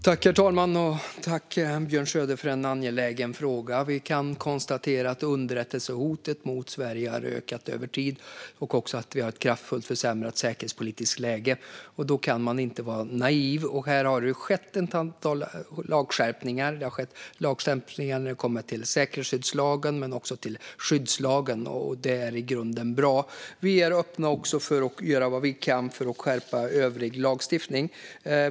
Herr talman! Jag tackar Björn Söder för en angelägen fråga. Vi kan konstatera att underrättelsehotet mot Sverige har ökat över tid och också att vi har ett kraftfullt försämrat säkerhetspolitiskt läge. Då kan man inte vara naiv. Här har det skett ett antal lagskärpningar. Det har skett lagskärpningar när det gäller säkerhetsskyddslagen men också när det gäller skyddslagen. Det är i grunden bra. Vi är också öppna för att göra vad vi kan för att skärpa övrig lagstiftning.